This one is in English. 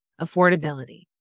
affordability